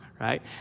right